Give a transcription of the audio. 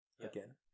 again